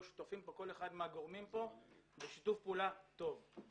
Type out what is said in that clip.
שותפים בו כל אחד מהגורמים פה בשיתוף פעולה טוב.